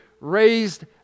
raised